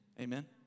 Amen